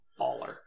baller